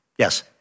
Yes